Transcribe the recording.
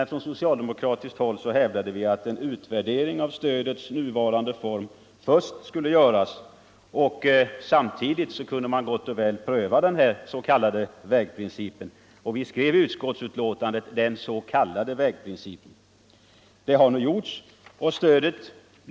Från socialdemokratiskt håll hävdade vi emellertid att en utvärdering av stödets nuvarande form först skulle göras, och samtidigt kunde man gott och väl pröva den s.k. vägprincipen. I utskottsbetänkandet användes också uttrycket ”den s.k. vägprincipen”.